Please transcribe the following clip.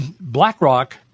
BlackRock